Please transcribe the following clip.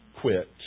quit